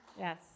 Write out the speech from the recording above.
Yes